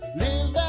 live